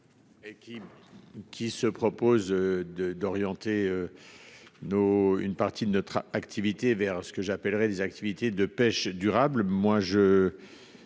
Qui se propose de d'orienter. Nos une partie de notre activité vers ce que j'appellerais des activités de pêche durable.